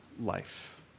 life